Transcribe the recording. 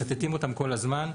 מצטטים אותם כל הזמן,